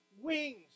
wings